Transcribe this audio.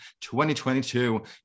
2022